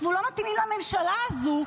אנחנו לא מתאימים לממשלה הזו,